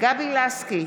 גבי לסקי,